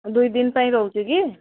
ଦୁଇ ଦିନ ପାଇଁ ରହୁଛି କି